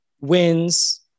wins